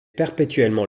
perpétuellement